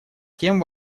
тем